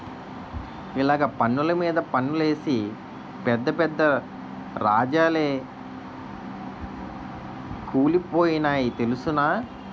ఇలగ పన్నులు మీద పన్నులేసి పెద్ద పెద్ద రాజాలే కూలిపోనాయి తెలుసునా